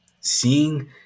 seeing